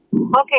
Okay